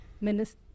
minister